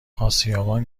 اسیابان